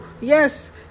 yes